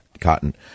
cotton